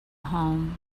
home